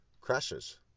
crashes